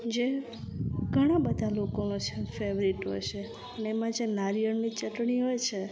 જે ઘણાં બધા લોકોનો જે ફેવરિટ હોય છે અને એમ જે નારિયેળની ચટણી હોય છે